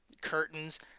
Curtains